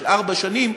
של ארבע שנים,